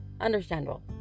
Understandable